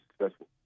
successful